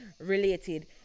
related